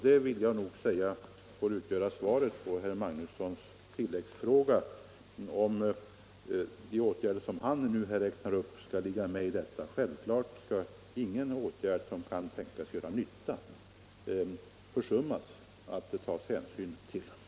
Det får utgöra svaret på herr Magnussons tilläggsfråga — och om de åtgärder som han nu räknar upp skall innefattas i denna verksamhet. Självfallet skall man inte försumma någon åtgärd som kan tänkas göra nytta.